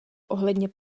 ohledně